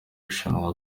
rushanwa